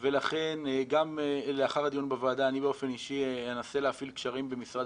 לכן גם לאחר הדיון בוועדה אני באופן אישי אנסה להפעיל קשרים במשרד